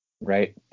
Right